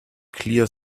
clear